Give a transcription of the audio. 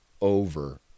over